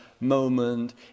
moment